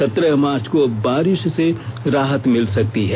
सत्रह मार्च को बारिश से राहत मिल सकती है